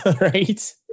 right